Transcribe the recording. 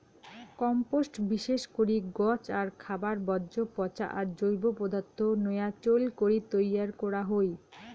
compost বিশেষ করি গছ আর খাবার বর্জ্য পচা আর জৈব পদার্থ নয়া চইল করি তৈয়ার করা হই